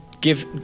Give